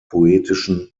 poetischen